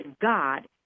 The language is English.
God